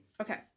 Okay